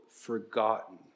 forgotten